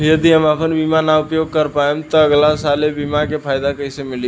यदि हम आपन बीमा ना उपयोग कर पाएम त अगलासाल ए बीमा के फाइदा कइसे मिली?